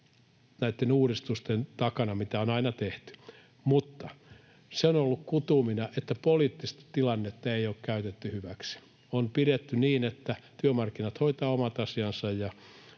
näitten uudistusten takana, mitä on aina tehty, mutta se on ollut kutyyminä, että poliittista tilannetta ei ole käytetty hyväksi. On pidetty niin, että työmarkkinat hoitavat omat asiansa